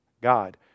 God